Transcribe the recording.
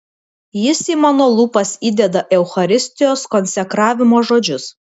jis į mano lūpas įdeda eucharistijos konsekravimo žodžius